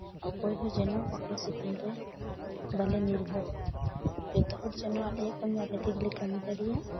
ᱚᱠᱚᱭ ᱦᱚᱸ ᱡᱮᱱᱚ ᱚᱠᱚᱭ ᱪᱮᱛᱟᱱ ᱨᱮ ᱵᱟᱞᱮ ᱱᱤᱨᱵᱷᱚᱨᱚᱜ ᱢᱟ ᱡᱚᱛᱚ ᱦᱚᱲ ᱡᱮᱱᱚ ᱟᱞᱮᱭᱟᱜ ᱠᱟᱹᱢᱤ ᱟᱞᱮ ᱛᱮᱜᱮᱞᱮ ᱠᱟᱹᱢᱤ ᱫᱟᱲᱮᱭᱟᱜ